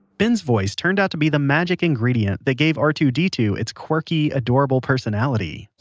ben's voice turned out to be the magic ingredient that gave r two d two its quirky, adorable personality.